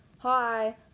Hi